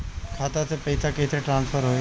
खाता से पैसा कईसे ट्रासर्फर होई?